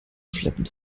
schleppend